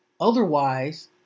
otherwise